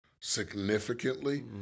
significantly